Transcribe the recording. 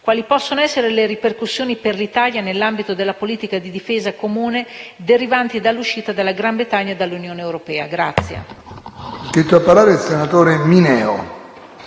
Quali possono essere le ripercussioni per l'Italia nell'ambito della politica di difesa comune derivanti dall'uscita della Gran Bretagna dall'Unione europea?